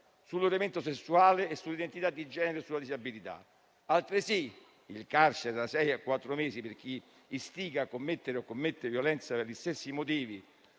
sull'orientamento sessuale, sull'identità di genere o sulla disabilità. È altresì previsto il carcere da sei mesi a quattro anni per chi istiga a commettere o commette violenza per gli stessi motivi